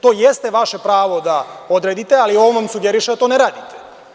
To jeste vaše pravo da odredite, ali on vam sugeriše da to ne radite.